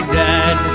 dead